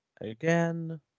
again